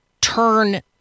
turn